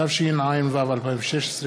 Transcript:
התשע"ו 2016,